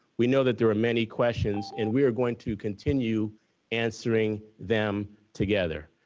we know that there are many questions and we are going to continue answering them together.